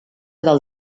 del